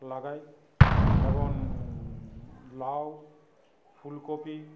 লাগাই এবং লাউ ফুলকপি